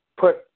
put